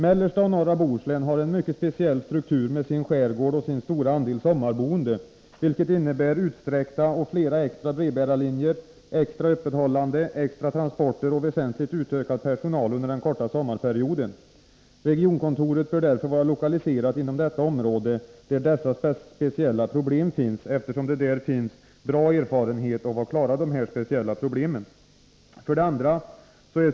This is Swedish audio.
Mellersta och norra Bohuslän har en mycket speciell struktur med sin skärgård och sin stora andel sommarboende, vilket innebär utsträckta och flera extra brevbärarlinjer, extra öppethållande, extra transporter och väsentligt utökad personal under den korta sommarperioden. Regionkontoret bör därför vara lokaliserat inom det område där dessa speciella problem finns, eftersom där finns bra erfarenhet av att klara av dem. 2.